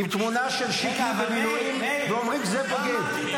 עם תמונה של שיקלי במילואים, ואומרים: זה בוגד.